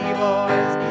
boys